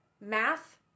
math